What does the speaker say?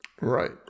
right